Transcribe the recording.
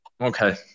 Okay